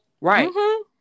Right